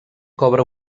cobra